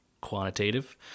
quantitative